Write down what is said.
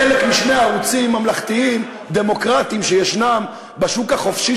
חלק משני ערוצים ממלכתיים דמוקרטיים שישנם בשוק החופשי,